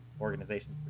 organizations